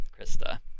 Krista